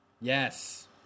Yes